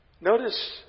Notice